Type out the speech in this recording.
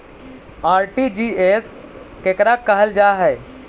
RTGS केकरा कहल जा है?